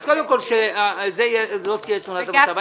אז קודם כול שזאת תהיה תמונת המצב.